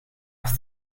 off